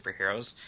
superheroes